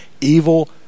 evil